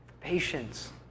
patience